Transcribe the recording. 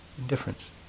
Indifference